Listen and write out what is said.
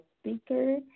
speaker